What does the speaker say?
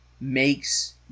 makes